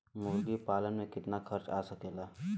मुर्गी पालन में कितना खर्च आ सकेला?